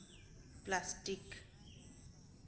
plastic